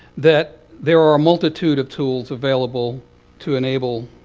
that there are a multitude of tools available to enable